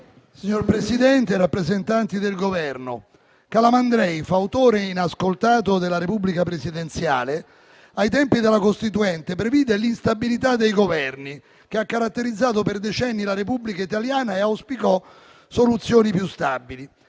Signor Presidente, rappresentanti del Governo, Calamandrei, fautore inascoltato della Repubblica presidenziale, ai tempi dell'Assemblea Costituente previde l'instabilità dei Governi che ha caratterizzato per decenni la Repubblica italiana e auspicò soluzioni più stabili,